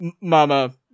Mama